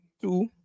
Two